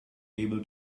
able